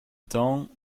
temps